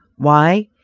why?